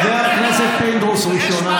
חבר הכנסת פינדרוס, ראשונה.